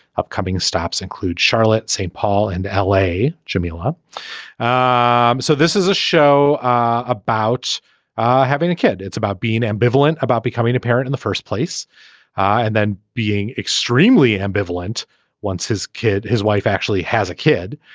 upcoming stops include charlotte st. paul and l a. jimmy la um so this is a show about having a kid. it's about being ambivalent about becoming a parent in the first place and then being extremely ambivalent once his kid his wife actually has a kid.